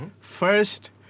First